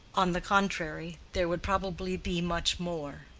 on the contrary, there would probably be much more.